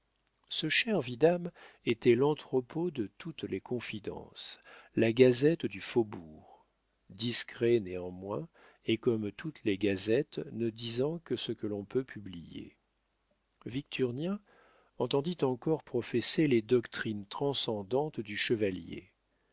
ce cher vidame était l'entrepôt de toutes les confidences la gazette du faubourg discret néanmoins et comme toutes les gazettes ne disant que ce que l'on peut publier victurnien entendit encore professer les doctrines transcendantes du chevalier